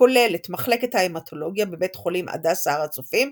הכולל את מחלקת ההמטולוגיה בבית החולים הדסה הר הצופים,